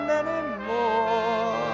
anymore